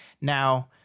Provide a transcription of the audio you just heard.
Now